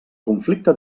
conflicte